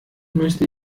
müsste